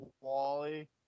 Wally